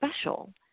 special